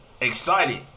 excited